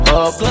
up